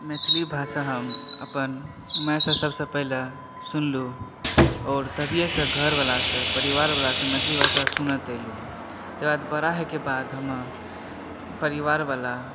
मैथिली भाषा हम अपन मायसँ सभसँ पहिले सुनलु आओर तभिएसँ घरवलासँ परिवारवलासँ मैथिली भाषा सुनैत एलु ताहिके बाद बड़ा होइके बाद हम परिवारवला